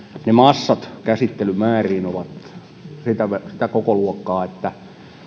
ne massat käsittelymäärissä ovat sitä kokoluokkaa että